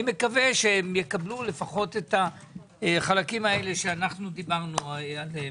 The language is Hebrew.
מקווה שהם יקבלו לפחות את החלקים הללו שדיברנו עליהם.